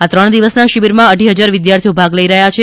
આ ત્રણ દિવસના શિબીરમા અઢી હજાર વિધાર્થીઓ ભાગ લઈ રહ્યા છે